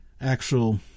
actual